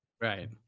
right